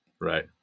Right